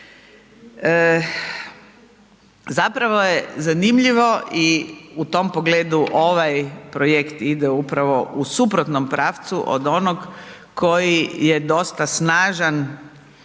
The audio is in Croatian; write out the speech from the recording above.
Zapravo je zanimljivo i u tom pogledu ovaj projekt ide upravo u suprotnom pravcu od onog koji je dosta snažan